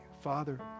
Father